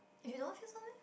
you don't feel so meh